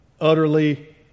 Utterly